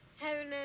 Heaven